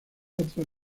otras